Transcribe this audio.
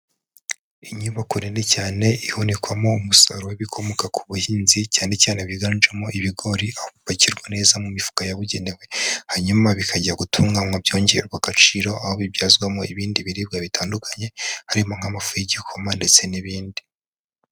Inyubako nini cyane ihunikwamo umusaruro w'ibikomoka ku buhinzi cyane cyane byiganjemo ibigori aho bipakirwa neza mu mifuka yabugenewe hanyuma bikajya gutunganywa byongererwa agaciro aho bibyazwamo ibindi biribwa bitandukanye harimo nk'amafu y'igikoma ndetse n'ibindi.